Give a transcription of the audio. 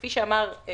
כפי שאמר היושב-ראש,